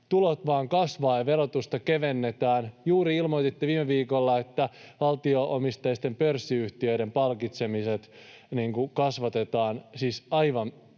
tulot vain kasvavat ja verotusta kevennetään. Juuri ilmoititte viime viikolla, että valtio-omisteisten pörssiyhtiöiden palkitsemiset kasvavat, siis aivan